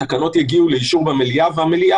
במגפה הכלכלית,